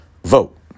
Vote